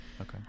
Okay